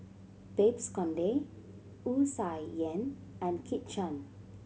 Babes Conde Wu Tsai Yen and Kit Chan